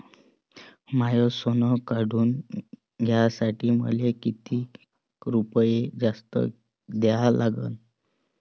माय सोनं काढून घ्यासाठी मले कितीक रुपये जास्त द्या लागन?